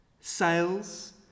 sales